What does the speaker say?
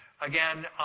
again